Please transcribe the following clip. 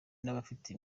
n’abafite